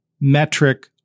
metric